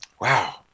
Wow